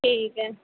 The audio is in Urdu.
ٹھیک ہے